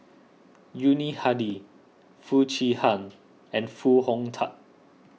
Yuni Hadi Foo Chee Han and Foo Hong Tatt